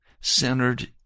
centered